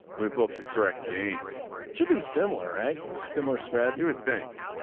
we hope the correct game should be similar right. similar spread you would think